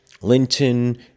Linton